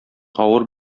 авыр